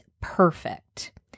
perfect